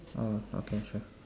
oh okay sure